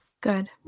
Good